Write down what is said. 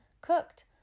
cooked